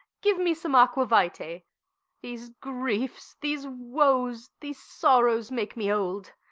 give me some aqua vitae these griefs, these woes, these sorrows make me old.